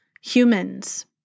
humans